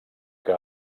que